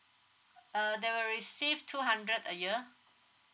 uh they will receive two hundred a year